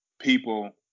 people